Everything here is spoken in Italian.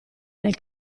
nel